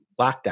lockdown